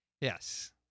Yes